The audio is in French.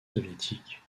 soviétique